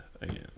again